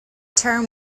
term